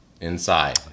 inside